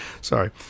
Sorry